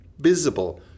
visible